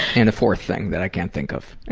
and a fourth thing that i can't think of.